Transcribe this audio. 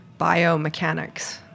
biomechanics